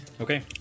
Okay